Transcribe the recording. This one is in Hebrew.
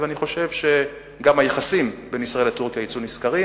אני חושב שגם היחסים בין ישראל לטורקיה יצאו נשכרים.